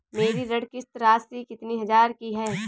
मेरी ऋण किश्त राशि कितनी हजार की है?